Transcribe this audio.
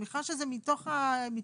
אני מניחה שזה מתוך ההתקשרויות.